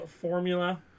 Formula